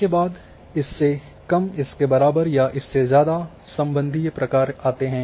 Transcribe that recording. इसके बाद इससे कम इसके बराबर तथा इससे ज़्यादा संबंधित प्रकार्य आते हैं